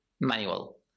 manual